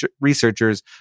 researchers